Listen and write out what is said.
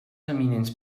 eminents